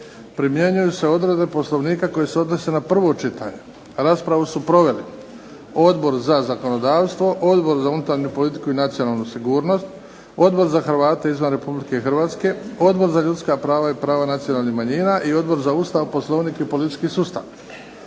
primjenjuju se odredbe Poslovnika koje se odnose na prvo čitanje. Raspravu su proveli Odbor za zakonodavstvo, Odbor za unutarnju politiku i nacionalnu sigurnost, Odbor za Hrvate izvan Republike Hrvatske, Odbor za ljudska prava i prava nacionalnih manjina i Odbor za Ustav, Poslovnik i politički sustav.